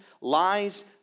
lies